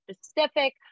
specific